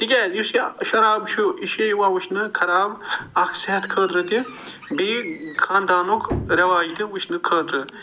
تِکیٚازِ یُس یہِ شراب چھُ یہِ چھُ یِوان وُچھنہٕ خراب اکھ صحت خٲطرٕ تہِ بیٚیہِ خانٛدانُک رٮ۪واج تہِ وٕچھںہٕ خٲطرٕ